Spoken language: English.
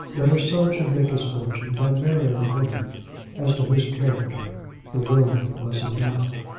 that her son should make his fortune by marrying a woman as to whose character the world was in doubt.